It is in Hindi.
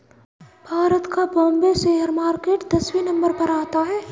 भारत का बाम्बे शेयर मार्केट दसवें नम्बर पर आता है